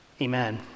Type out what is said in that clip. Amen